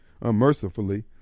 unmercifully